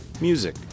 music